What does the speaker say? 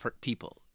people